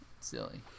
Silly